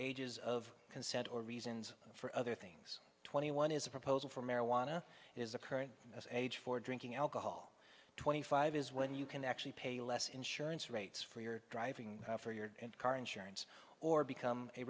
ages of consent or reasons for other things twenty one is a proposal for marijuana is occurring as age for drinking alcohol twenty five is when you can actually pay less insurance rates for your driving for your car insurance or become a